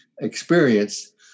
experience